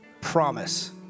Promise